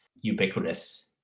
ubiquitous